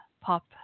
pop